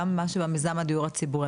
גם מה שמיזם הדיור הציבורי,